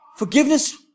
Forgiveness